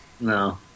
No